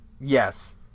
yes